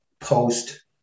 post